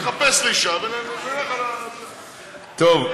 נתחפש לאישה ונלך על, טוב.